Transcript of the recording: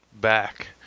back